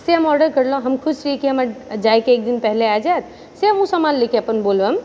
से हम ऑर्डर करलहुँ हम खुश छी कि हमर जायके एकदिन पहिले आबि जाएत से अपन ओ समान लए कऽ अपन बोलबम